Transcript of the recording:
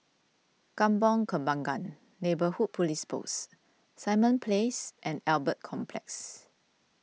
Kampong Kembangan Neighbourhood Police Post Simon Place and Albert Complex